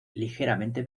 ligeramente